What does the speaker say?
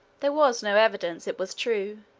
there was no evidence, it was true,